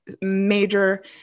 major